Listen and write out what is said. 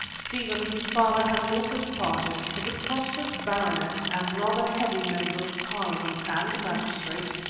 stephen, whose father has also departed, is a prosperous baronet and rather heavy member of parliament and magistrate,